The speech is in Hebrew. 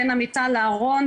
בין המיטה לארון,